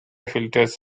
filters